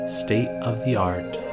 state-of-the-art